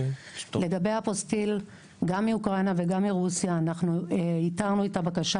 לגבי אפוסטיל גם מאוקראינה וגם מרוסיה - אנחנו ייתרנו את הבקשה